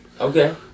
Okay